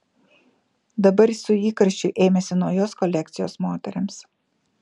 dabar jis su įkarščiu ėmėsi naujos kolekcijos moterims